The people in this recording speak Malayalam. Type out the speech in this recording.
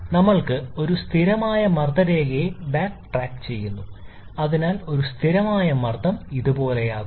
ഞങ്ങൾ ഒരു സ്ഥിരമായ മർദ്ദ രേഖയെ ബാക്ക്ട്രാക്ക് ചെയ്യുന്നു അതിനാൽ ഒരു സ്ഥിരമായ മർദ്ദം ഇതുപോലെയാകും